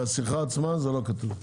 לגבי השיחה עצמה, לא כתוב.